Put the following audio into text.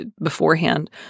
beforehand